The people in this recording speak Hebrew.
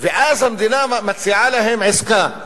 ואז המדינה מציעה להם עסקה: